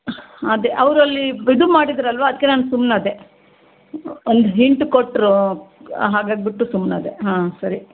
ಅದೆ ಅವ್ರು ಅಲ್ಲಿ ಇದು ಮಾಡಿದ್ದರಲ್ವಾ ಅದಕ್ಕೆ ನಾನು ಸುಮ್ಮನಾದೆ ಅಲ್ಲಿ ಹಿಂಟ್ ಕೊಟ್ಟರು ಹಾಗಾಗಿಬಿಟ್ಟು ಸುಮ್ಮನಾದೆ ಹಾಂ ಸರಿ